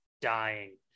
dying